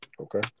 Okay